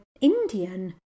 Indian